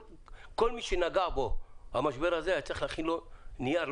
היה צריך לחכות ולהכין נייר.